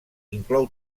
inclou